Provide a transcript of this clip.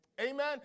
Amen